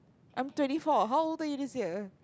I'm twenty four how old are you this year